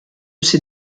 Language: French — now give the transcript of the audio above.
ces